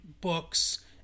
books